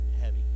heavy